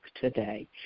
today